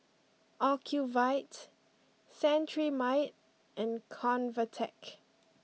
Ocuvite Cetrimide and Convatec